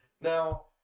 Now